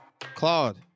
Claude